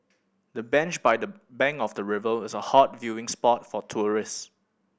the bench by the bank of the river is a hot viewing spot for tourists